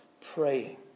Praying